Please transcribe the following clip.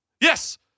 Yes